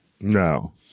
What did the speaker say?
no